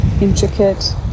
intricate